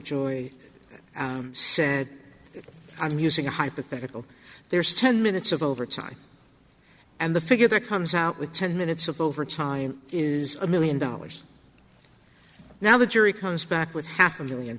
joy said i'm using a hypothetical there's ten minutes of overtime and the figure that comes out with ten minutes of overtime is a million dollars now the jury comes back with half a million